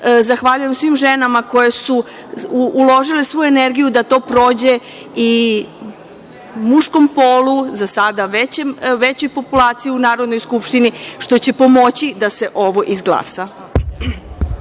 Čomić. Zahvaljujem svim ženama koje su uložile svu energiju da to prođe i muškom polu, za sada većoj populaciji u Narodnoj skupštini, što će pomoći da se ovo izglasa.